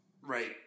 Right